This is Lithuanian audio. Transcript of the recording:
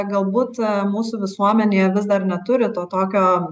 galbūt mūsų visuomenėje vis dar neturi to tokio